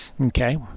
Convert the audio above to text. Okay